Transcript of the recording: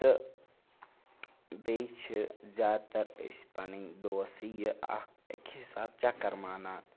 تہٕ بیٚیہِ چھِ زیادٕتر أسۍ پَنٕںۍ دوسٕے یہِ اَکھ اَکہِ حِساب چَکَر مانان